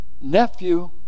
nephew